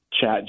chat